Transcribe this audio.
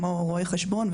כמו רואי חשבון,